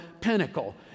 pinnacle